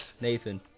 Nathan